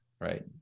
right